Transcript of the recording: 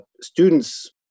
students